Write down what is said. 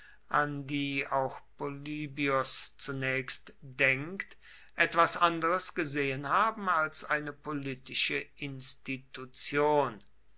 an die auch polybios zunächst denkt etwas anderes gesehen haben als eine politische institution